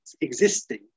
existing